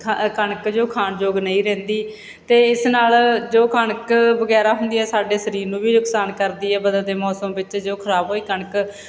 ਖਾ ਕਣਕ ਜੋ ਖਾਣ ਯੋਗ ਨਹੀਂ ਰਹਿੰਦੀ ਅਤੇ ਇਸ ਨਾਲ ਜੋ ਕਣਕ ਵਗੈਰਾ ਹੁੰਦੀ ਹੈ ਸਾਡੇ ਸਰੀਰ ਨੂੰ ਵੀ ਨੁਕਸਾਨ ਕਰਦੀ ਹੈ ਬਦਲਦੇ ਮੌਸਮ ਵਿੱਚ ਜੋ ਖਰਾਬ ਹੋਈ ਕਣਕ